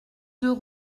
deux